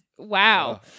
Wow